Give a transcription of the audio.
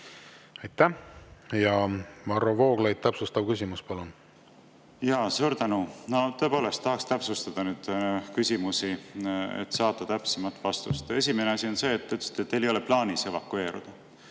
Aitäh! Varro Vooglaid, täpsustav küsimus, palun! Suur tänu! Tõepoolest tahaks täpsustada küsimusi, et saada täpsemat vastust. Esimene asi on see, et te ütlesite, et teil ei ole plaanis evakueeruda.